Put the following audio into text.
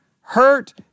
hurt